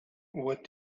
what